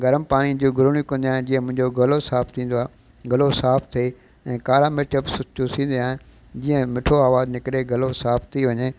गर्म पाणी जो गुरिड़ियूं कंदा जीअं मुंहिंजो गलो साफ़ु थींदो आहे गलो साफ़ थिए ऐं कारा मिर्च बि चुसींदो आहियां जीअं मीठो आवाजु निकिरे गलो साफ़ थी वञे